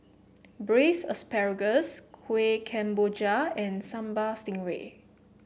Braised Asparagus Kueh Kemboja and Sambal Stingray